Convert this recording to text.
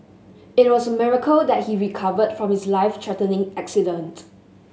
it was a miracle that he recovered from his life threatening accident